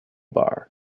bar